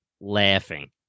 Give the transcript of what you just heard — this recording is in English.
laughing